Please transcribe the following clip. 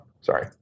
Sorry